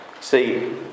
See